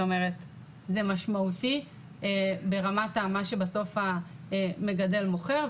זה משמעותי ברמת מה שבסוף המגדל מוכר.